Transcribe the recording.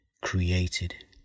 created